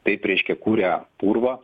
taip reiškia kuria purvą